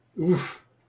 Oof